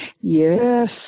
yes